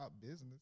business